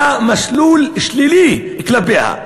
למסלול שלילי כלפיה.